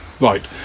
Right